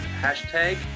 Hashtag